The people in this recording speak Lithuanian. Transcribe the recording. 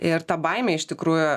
ir ta baimė iš tikrųjų